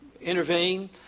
intervene